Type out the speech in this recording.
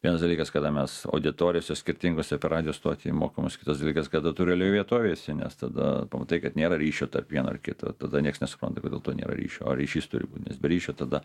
vienas dalykas kada mes auditorijose skirtingose per radijo stotį mokomės kitas dalykas kada tu realioj vietovėj esi nes tada pamatai kad nėra ryšio tarp vieno ir kito tada nieks nesupranta kodėl to nėra ryšio o ryšys turi būt nes be ryšio tada